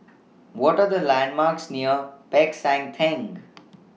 What Are The landmarks near Peck San Theng